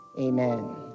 Amen